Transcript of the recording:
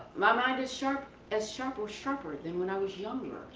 my mind is sharp as sharp or sharper than when i was younger.